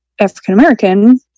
African-American